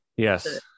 Yes